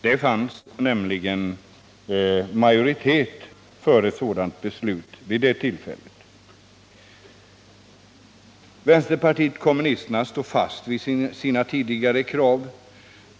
Det fanns nämligen majoritet för ett sådant beslut vid det tillfället. Vänsterpartiet kommunisterna står fast vid sina tidigare krav.